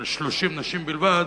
של 30 נשים בלבד,